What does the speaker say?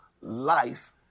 life